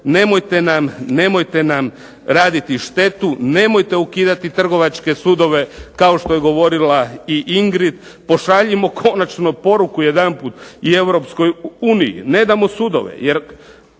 nemojte nam raditi štetu. Nemojte ukidati trgovačke sudove kao što je govorila i Ingrid. Pošaljimo konačno poruku jedanput i Europskoj uniji ne damo sudove, jer